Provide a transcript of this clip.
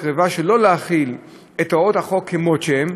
שלא להחיל את הוראות החוק כמות שהן,